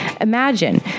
Imagine